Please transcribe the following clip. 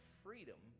freedom